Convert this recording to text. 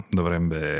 dovrebbe